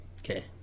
Okay